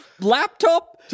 laptop